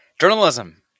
Journalism